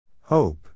Hope